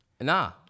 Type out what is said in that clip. Nah